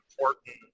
important